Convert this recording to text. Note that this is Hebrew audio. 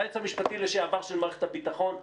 היועץ המשפטי לשעבר של מערכת הביטחון,